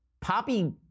poppy